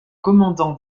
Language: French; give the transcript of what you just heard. commandant